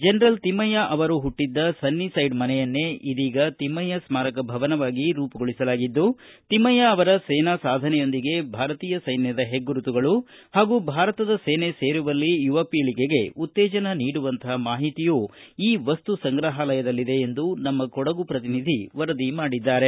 general Thimmayya ಅವರು ಪುಟ್ಟಿದ್ದ sunnyside ಮನೆಯನ್ನೇ ಇದೀಗ ತಿಮ್ಮಯ್ಕ ಸ್ಮಾರಕ ಭವನವಾಗಿ ರೂಪುಗೊಳಿಸಲಾಗಿದ್ದು ತಿಮ್ಮಯ್ಯ ಅವರ ಸೇನಾ ಸಾಧನೆಯೊಂದಿಗೆ ಭಾರತೀಯ ಸೈನ್ನದ ಹೆಗ್ಗುರುತಗಳು ಪಾಗೂ ಭಾರತದ ಸೇನೆ ಸೇರುವಲ್ಲಿ ಯುವಪೀಳಿಗೆಗೆ ಉತ್ತೇಜನ ನೀಡುವಂಥ ಮಾಹಿತಿಯೂ ಈ ವಸ್ತುಸಂಗ್ರಹಾಲಯದಲ್ಲಿದೆ ಎಂದು ನಮ್ಮ ಕೊಡಗು ಪ್ರತಿನಿಧಿ ವರದಿಮಾಡಿದ್ದಾರೆ